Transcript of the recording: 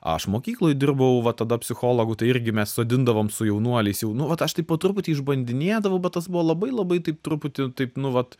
aš mokykloj dirbau va tada psichologu tai irgi mes sodindavom su jaunuoliais jau nu vat aš taip po truputį išbandinėdavau bet tas buvo labai labai taip truputį taip nu vat